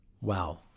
Wow